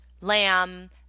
lamb